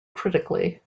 critically